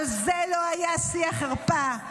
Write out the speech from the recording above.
אבל זה לא היה שיא החרפה.